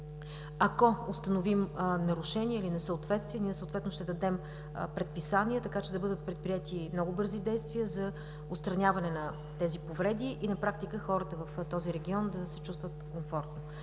Ако установим нарушения или несъответствия, ние съответно ще дадем предписания, така че да бъдат предприети много бързи действия за отстраняване на тези повреди и на практика хората в този регион да се чувстват комфортно.